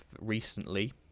recently